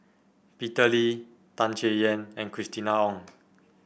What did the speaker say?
Peter Lee Tan Chay Yan and Christina Ong